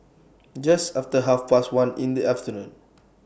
Just after Half Past one in The afternoon